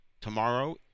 Tomorrow